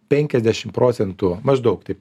penkiasdešim procentų maždaug taip